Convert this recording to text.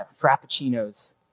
frappuccinos